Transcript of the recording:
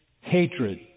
hatred